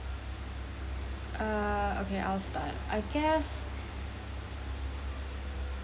uh okay I'll start I guess